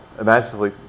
imaginatively